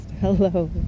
Hello